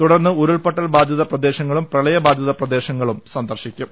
തുടർന്ന് ഉരുൾപൊട്ടൽ ബാധിത പ്രദേശങ്ങളും പ്രളയബാ ധിത പ്രദേശങ്ങളും സന്ദർശിക്കും